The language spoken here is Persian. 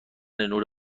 نور